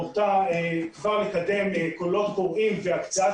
היא הורתה לקדם כבר קולות קוראים והקצאה